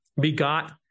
begot